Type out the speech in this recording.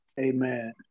Amen